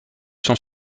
sans